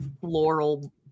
floral